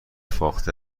فاخته